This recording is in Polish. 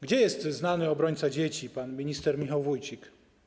Gdzie jest znany obrońca dzieci, pan minister Michał Wójcik?